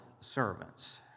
servants